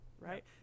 right